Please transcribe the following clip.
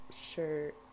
shirt